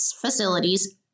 facilities